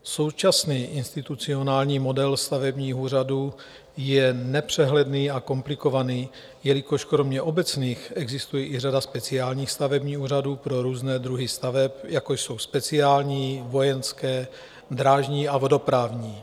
Současný institucionální model stavebního úřadu je nepřehledný a komplikovaný, jelikož kromě obecných existuje i řada speciálních stavebních úřadů pro různé druhy staveb, jako jsou speciální, vojenské, drážní a vodoprávní.